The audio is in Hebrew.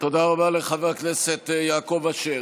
תודה רבה לחבר הכנסת יעקב אשר.